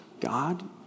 God